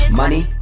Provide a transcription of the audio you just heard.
money